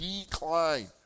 decline